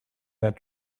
that